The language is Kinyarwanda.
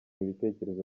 ibitekerezo